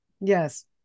Yes